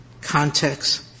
context